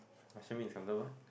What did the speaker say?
bak-chor-mee is considered what